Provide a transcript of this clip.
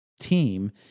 team